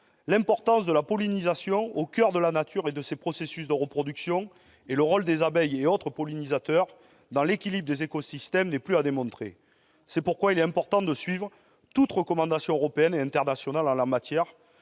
L'importance de la pollinisation, au coeur de la nature et de ses processus de reproduction, et le rôle joué par les abeilles et autres pollinisateurs pour l'équilibre des écosystèmes ne sont plus à démontrer. C'est pourquoi il est important de suivre toute recommandation européenne ou internationale en la matière,